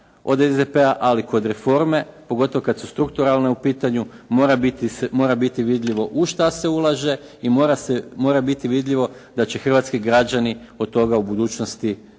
od SDP-a, ali kod reforme pogotovo kada su strukturalne u pitanju mora biti vidljivo u šta se ulaže i mora biti vidljivo da će hrvatski građani od toga u budućnosti imati